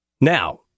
Now